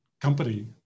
company